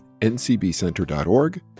ncbcenter.org